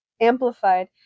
amplified